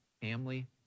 family